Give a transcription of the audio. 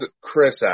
Chris